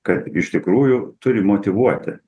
kad iš tikrųjų turi motyvuoti